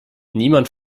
niemand